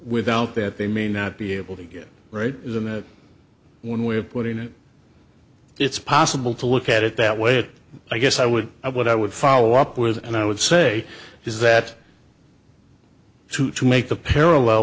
without that they may not be able to get it right isn't that one way of putting it it's possible to look at it that way it i guess i would i what i would follow up with and i would say is that to to make the parallel